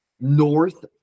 north